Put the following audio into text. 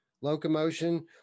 locomotion